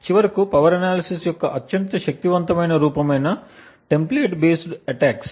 చివరకు power analysis యొక్క అత్యంత శక్తివంతమైన రూపం అయిన టెంప్లేట్ బేస్డ్ అటాక్స్